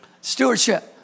Stewardship